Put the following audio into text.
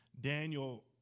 Daniel